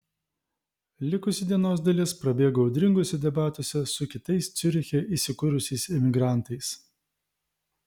likusi dienos dalis prabėgo audringuose debatuose su kitais ciuriche įsikūrusiais emigrantais